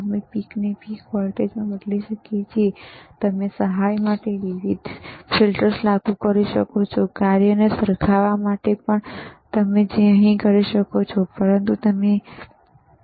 અમે પીકને પીક વોલ્ટેજમાં બદલી શકીએ છીએ તમે સહાય માટે વિવિધ ફિલ્ટર્સ લાગુ કરી શકો છો કાર્યને સરખાવા માટે પણ જે તમે અહીં કરી શકો છો પરંતુ અહીં નહીં